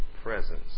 presence